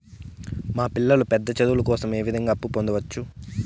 మా పిల్లలు పెద్ద చదువులు కోసం ఏ విధంగా అప్పు పొందొచ్చు?